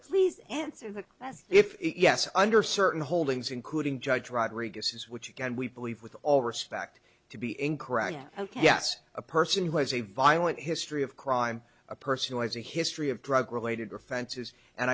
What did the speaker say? please answer that as if yes under certain holdings including judge rodriguez which again we believe with all respect to be incorrect ok yes a person who has a violent history of crime a person who has a history of drug related